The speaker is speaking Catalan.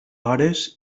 hores